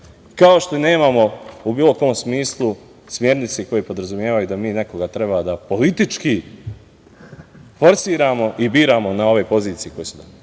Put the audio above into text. Kao što nemamo u bilo kom smislu smernice koje podrazumevaju da mi nekoga treba da politički forsiramo i biramo na ovoj poziciji. Iz tog